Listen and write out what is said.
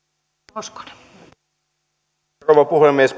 arvoisa rouva puhemies